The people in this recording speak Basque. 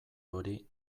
hori